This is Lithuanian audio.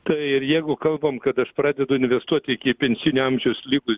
tai ir jeigu kalbam kad aš pradedu investuoti iki pensijinio amžiaus likus